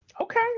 Okay